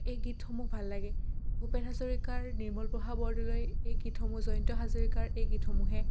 এই গীতসমূহ ভাল লাগে ভূপেন হাজৰিকাৰ নিৰ্মল প্ৰভা বৰদলৈ এই গীতসমূহ জয়ন্ত হাজৰিকাৰ এই গীতসমূহে